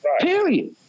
Period